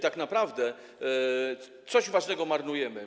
Tak naprawdę coś ważnego marnujemy.